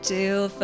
Till